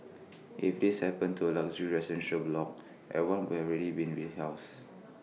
if this happened to A luxury residential block everyone would already been rehoused